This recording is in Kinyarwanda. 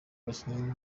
abakinnyi